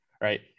right